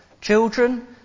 Children